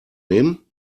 nehmen